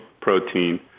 protein